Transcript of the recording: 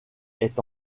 est